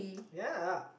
ya